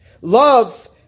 Love